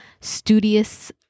studious